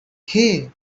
hey